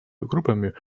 группами